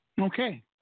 Okay